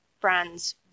brands